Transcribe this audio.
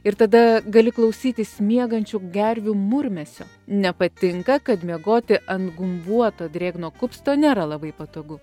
ir tada gali klausytis miegančių gervių murmesio nepatinka kad miegoti ant gumbuoto drėgno kupsto nėra labai patogu